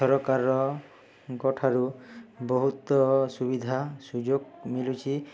ସରକାରଙ୍କଠାରୁ ବହୁତ ସୁବିଧା ସୁଯୋଗ ମିଳୁଛିି